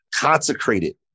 consecrated